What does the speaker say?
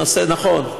נכון,